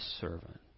servant